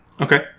Okay